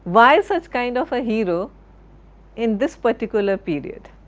why such kind of a hero in this particular period?